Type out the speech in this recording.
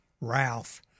Ralph